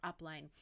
upline